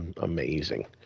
amazing